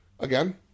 Again